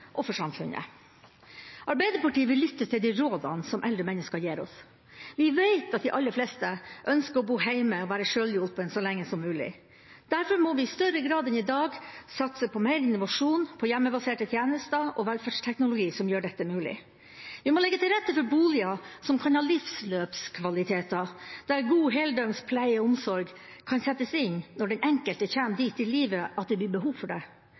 og for samfunnet. Arbeiderpartiet vil lytte til de rådene som eldre mennesker gir oss. Vi veit at de aller fleste ønsker å bo hjemme og være sjølhjulpen så lenge som mulig. Derfor må vi i større grad enn i dag satse på mer innovasjon, på hjemmebaserte tjenester og velferdsteknologi som gjør dette mulig. Vi må legge til rette for boliger som kan ha livsløpskvaliteter, der god heldøgns pleie og omsorg kan settes inn når den enkelte kommer dit i livet at det blir behov for det.